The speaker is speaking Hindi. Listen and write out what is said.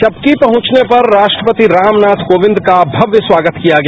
चपकी पहुंचने पर राष्ट्रपति रामनाथ कोविंद का भव्य स्वागत किया गया